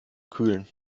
kühlen